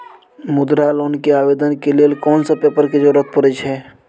मुद्रा लोन के आवेदन लेल कोन सब पेपर के जरूरत परै छै?